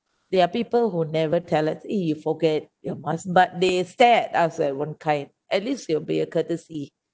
there are people who never tell it eh you forget your mask but they stare at us one kind at least it'll be a courtesy